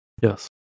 Yes